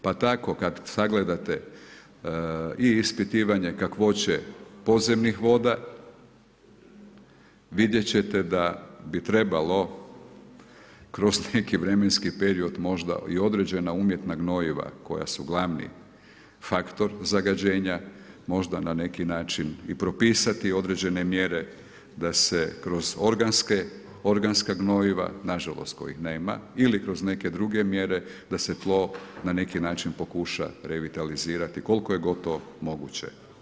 Pa tako, kad sagledati i ispitivanje kakvoće podzemnih voda, vidjeti ćete da bi trebalo, kroz neki vremenski period, možda i određena umjetna gnojiva, koji su glavni faktor zagađenja možda i na neki način i propisati određena mjere, da se i kroz organska gnojiva, nažalost, kojih nema ili kroz neke druge mjere, da se tlo na neki način pokuša revitalizirati, koliko je god to moguće.